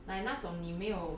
是真的很贵